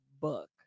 Book